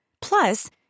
Plus